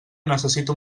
necessito